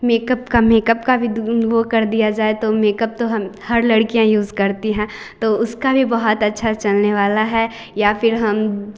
makeup का makeup का दु वो कर दिया जाए तो मेकअप तो हम हर लड़कियाँ यूज़ करती हैं तो उसका भी बहुत अच्छा चलने वाला है या फिर हम